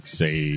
say